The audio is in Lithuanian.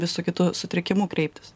vis su kitu sutrikimu kreiptis